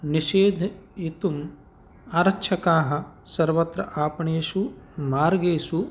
निषेधयितुम् आरक्षकाः सर्वत्र आपणेषु मार्गेषु